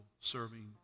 serving